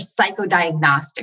psychodiagnostic